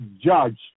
judge